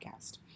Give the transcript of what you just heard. podcast